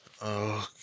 Okay